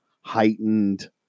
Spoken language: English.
heightened